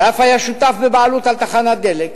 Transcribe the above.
ואף היה שותף בבעלות על תחנת דלק.